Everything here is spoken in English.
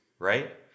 right